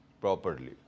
properly